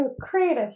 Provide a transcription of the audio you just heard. creative